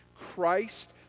Christ